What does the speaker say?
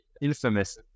infamous